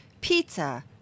pizza